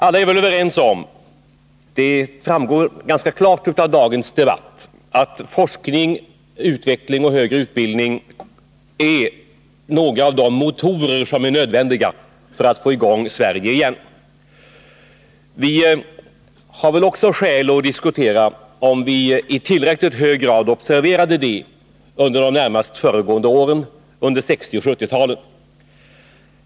Alla är vi överens om — det framgår ganska klart av dagens debatt — att forskning, utveckling och högre utbildning är några av de motorer som är nödvändiga för att få i gång Sverige igen. Det finns väl också skäl att diskutera om vi i tillräckligt hög grad observerade det under de närmast föregående åren, under 1960 och 1970-talen.